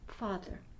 Father